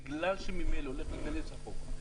בגלל שממילא הולך להיכנס לחוק,